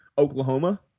Oklahoma